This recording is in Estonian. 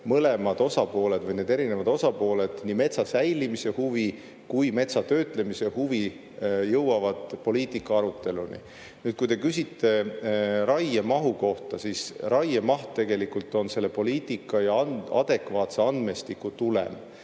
jõuda ka selleni, et mõlemad osapooled, nii metsa säilimise huvi kui ka metsatöötlemise huvi, jõuavad poliitikaaruteluni. Nüüd, kui te küsite raiemahu kohta, siis raiemaht tegelikult on selle poliitika ja adekvaatse andmestiku tulem.